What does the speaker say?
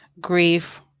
grief